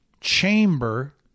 chamber